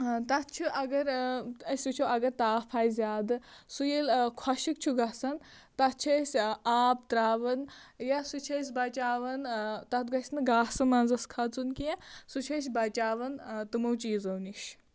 آ تتھ چھِ اَگر أسۍ وُچھَو اگر تاپھ آسہِ زیادٕ سُہ ییٚلہِ خۅشِک چھُ گَژھان تَتھ چھِ أسۍ آب ترٛاوان یا سُہ چھِ أسۍ بچاوان تَتھ گژھِ نہٕ گاسہٕ مَنٛزَس کھسُن کیٚنٛہہ سُہ چھِ أسۍ بچاوان تِمَو چیٖزَو نِش